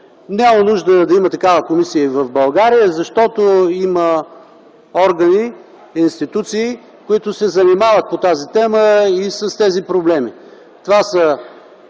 Няма нужда да има такава комисия и в България, защото има органи, институции, които се занимават по тази тема и с тези проблеми. Това са